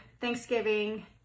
Thanksgiving